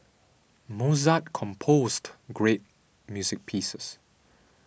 Mozart composed great music pieces